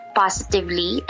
positively